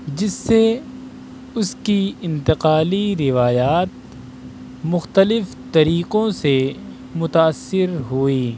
جس سے اس کی انتقالی روایات مختلف طریقوں سے متاثر ہوئیں